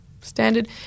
standard